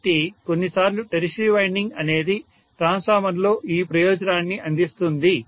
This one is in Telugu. కాబట్టి కొన్నిసార్లు టెర్షియరీ వైండింగ్ అనేది ట్రాన్స్ఫార్మర్లో ఈ ప్రయోజనాన్ని అందిస్తుంది